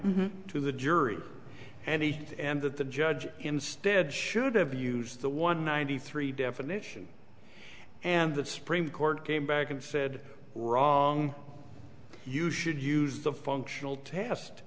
to the jury and he and that the judge instead should have used the one ninety three definition and the supreme court came back and said wrong you should use the functional test